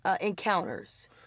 encounters